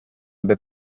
ebbe